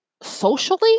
socially